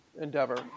endeavor